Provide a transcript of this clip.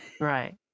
right